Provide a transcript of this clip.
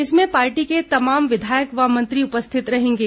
इसमें पार्टी के तमाम विधायक व मंत्री उपस्थित रहेंगे